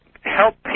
help